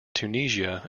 tunisia